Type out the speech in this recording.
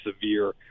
severe